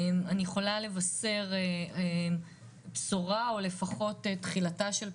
אני יכולה לבשר בשורה או לפחות תחילתה של בשורה,